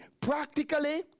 practically